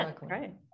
right